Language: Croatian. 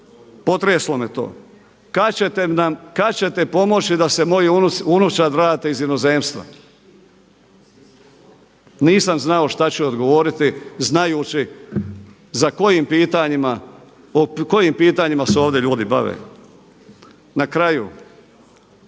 ćete nam, kada ćete pomoći da se moja unučad vrate iz inozemstva. Nisam znao šta ću odgovoriti znajući za kojim pitanjima, o kojim pitanjima se ovdje ljudi bave. Na kraju,